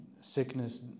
sickness